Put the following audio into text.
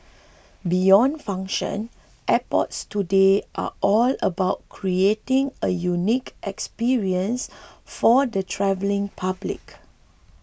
beyond function airports today are all about creating a unique experience for the travelling public